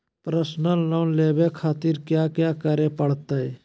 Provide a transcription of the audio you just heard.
Personal loan लेवे खातिर कया क्या करे पड़तइ?